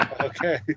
Okay